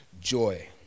joy